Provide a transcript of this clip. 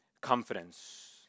confidence